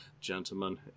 Gentlemen